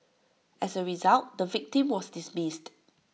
as A result the victim was dismissed